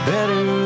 Better